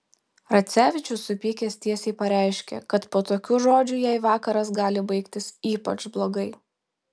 racevičius supykęs tiesiai pareiškė kad po tokių žodžių jai vakaras gali baigtis ypač blogai